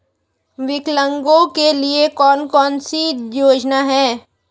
विकलांगों के लिए कौन कौनसी योजना है?